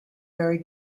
vary